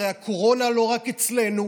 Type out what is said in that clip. הרי הקורונה היא לא רק אצלנו